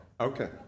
Okay